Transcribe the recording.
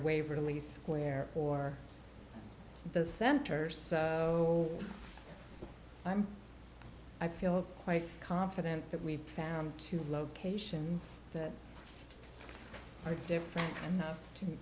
waverley square or the centers i'm i feel quite confident that we've found two locations that are different enough to